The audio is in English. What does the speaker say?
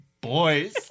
boys